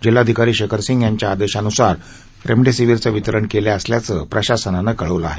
जिल्हाधिकारी शेखर सिंह यांच्या आदेशानुसार रेमडेसीवीरचं वितरण केलं असल्याचं प्रशासनानं कळवलं आहे